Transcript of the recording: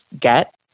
get